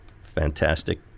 fantastic